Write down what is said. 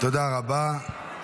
תודה רבה.